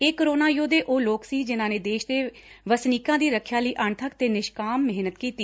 ਇਹ ਕੋਰੋਨਾ ਯੋਧੇ ਉਹ ਲੋਕ ਸਨ ਜਿਨਾਂ ਨੇ ਦੇਸ਼ ਦੇ ਵਸਨੀਕਾਂ ਦੀ ਰੱਖਿਆ ਲਈ ਅਣਬੱਕ ਤੇ ਨਿਸ਼ਕਾਮ ਮਿਹਨਤ ਕੀਤੀ